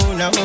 no